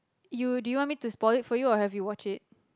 you do you want me to spoil it for you or have you watched it